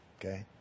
Okay